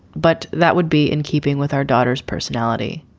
but that would be in keeping with our daughter's personality.